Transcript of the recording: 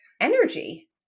energy